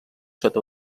sota